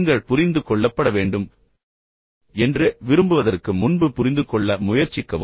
நீங்கள் புரிந்துகொள்ளப்பட வேண்டும் என்று விரும்புவதற்கு முன்பு புரிந்துகொள்ள முயற்சிக்கவும்